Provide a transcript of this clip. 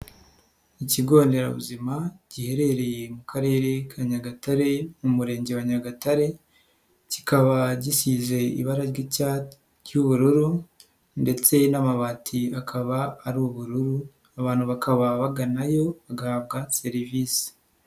Ikigo nderabuzima giherereye mu Karere ka Nyagatare, mu Murenge wa Nyagatare, kikaba gisize ibara ry'ubururu ndetse n'amabati akaba ari ubururu, abantu bakaba baganayo bagahabwa serivisi.